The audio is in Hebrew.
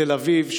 בתל אביב,